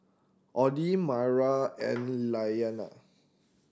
Audie Mayra and Iyana